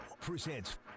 presents